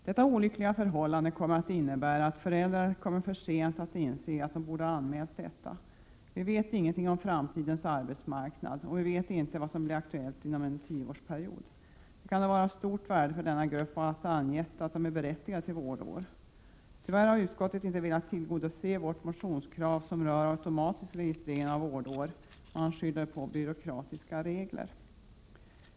Detta olyckliga förhållande kommer att innebära att föräldrar för sent inser att de borde ha anmält vård av eget barn i hemmet. Vi vet ingenting om framtidens arbetsmarknad, och vi vet inte vad som blir aktuellt inom en tioårsperiod. Det kan då vara av stort värde för denna grupp att ha angett att de är berättigade till vårdår. Tyvärr har utskottet inte velat tillgodose vårt motionskrav, som rör automatisk registrering av vårdår. Man skyller på byråkratiska regler.